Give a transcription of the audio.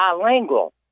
bilingual